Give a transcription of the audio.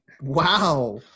Wow